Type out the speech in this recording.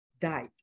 died